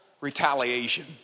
retaliation